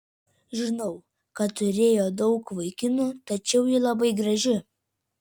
žinau kad turėjo daug vaikinų tačiau ji labai graži